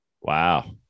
Wow